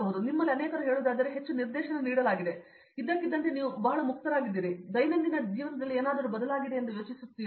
ಮೊದಲು ನಿಮ್ಮಲ್ಲಿ ಅನೇಕರು ಹೇಳುವುದಾದರೆ ಹೆಚ್ಚು ನಿರ್ದೇಶನ ನೀಡಲಾಗಿದೆ ಮತ್ತು ಈಗ ನೀವು ಇದ್ದಕ್ಕಿದ್ದಂತೆ ಮುಕ್ತರಾಗಿದ್ದೀರಿ ಆದರೆ ನೀವು ಏನು ದೈನಂದಿನ ಬದಲಾಗಿದೆ ಎಂದು ಯೋಚಿಸುತ್ತೀರಿ